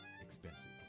expensive